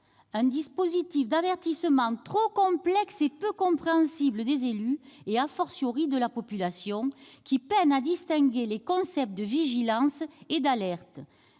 le dispositif d'avertissement est trop complexe et peu compréhensible par les élus et par la population, qui peinent à distinguer les concepts de vigilance et d'alerte.